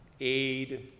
aid